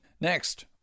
Next